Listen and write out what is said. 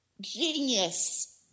genius